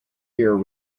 here